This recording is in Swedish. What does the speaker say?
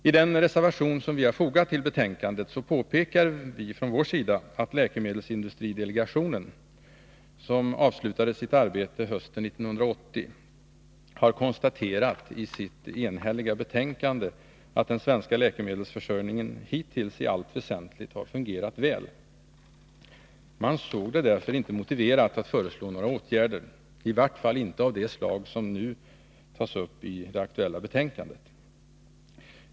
I den reservation som vi har fogat till betänkandet påpekar vi att 4 läkemedelsindustridelegationen — som avslutade sitt arbete hösten 1980— har konstaterat i sitt enhälliga betänkande att den svenska läkemedelsförsörjningen hittills i allt väsentligt har fungerat väl. Man ansåg det därför inte motiverat att föreslå några åtgärder, i vart fall inte av det slag som tas upp i det aktuella betänkandet.